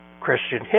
Christian